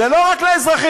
זה לא רק לאזרחים.